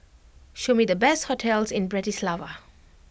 show me the best hotels in Bratislava